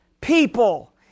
people